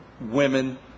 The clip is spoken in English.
women